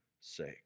sake